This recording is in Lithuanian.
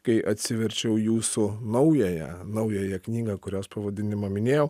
kai atsiverčiau jūsų naująją naująją knygą kurios pavadinimą minėjau